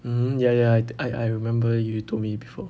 mmhmm ya ya I I remember you told me before